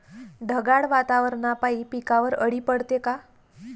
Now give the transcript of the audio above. ढगाळ वातावरनापाई पिकावर अळी पडते का?